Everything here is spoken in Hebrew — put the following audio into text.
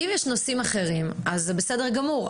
אם יש נושאים אחרים, זה בסדר גמור.